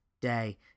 day